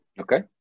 okay